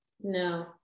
No